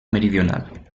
meridional